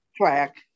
track